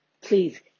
Please